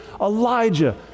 Elijah